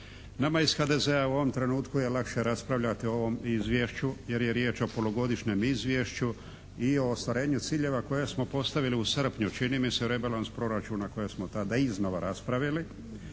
Nama iz HDZ-a u ovom trenutku je lakše raspravljati o ovom izvješću jer je riječ o polugodišnjem izvješću i o ostvarenju ciljeva koje smo postavili u srpnju čini mi se rebalans proračuna koje smo tada iznova raspravili.